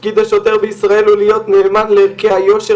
תפקיד השוטר בישראל הוא להיות נאמן לערכי היושר